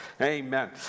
Amen